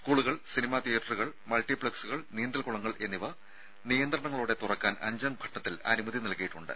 സ്കൂളുകൾ സിനിമാ തിയേറ്ററുകൾ മൾട്ടി പ്ലക്സുകൾ നീന്തൽ കുളങ്ങൾ എന്നിവ നിയന്ത്രണങ്ങളോടെ തുറക്കാൻ അഞ്ചാം ഘട്ടത്തിൽ അനുമതി നൽകിയിട്ടുണ്ട്